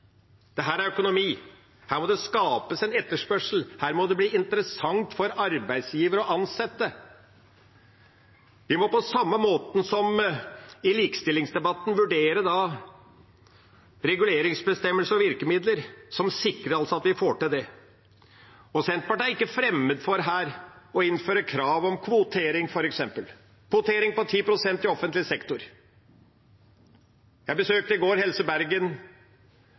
må det bli interessant for arbeidsgivere å ansette. Vi må på samme måte som i likestillingsdebatten vurdere reguleringsbestemmelser og virkemidler som sikrer at vi får til det. Senterpartiet er her ikke fremmed for å innføre krav om kvotering, f.eks. – kvotering på 10 pst. i offentlig sektor. Jeg besøkte i går